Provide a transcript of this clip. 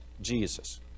Jesus